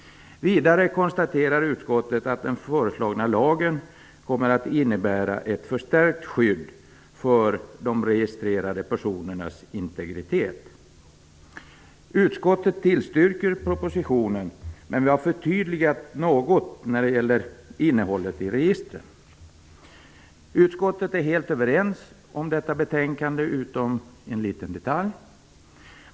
Vidare konstaterar utskottet att den föreslagna lagen kommer att innebära ett förstärkt skydd för de registrerade personernas integritet. Utskottet tillstyrker propositionen, men vi har förtydligat förslaget något när det gäller innehållet i registren. Utskottet är helt överens om detta betänkande, utom i en liten detalj.